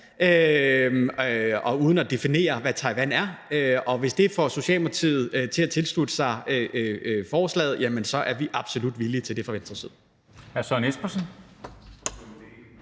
uden at definere, hvad Taiwan er. Og hvis det får Socialdemokratiet til at tilslutte sig forslaget, er vi absolut villige til at gøre det fra Venstres side.